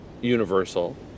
universal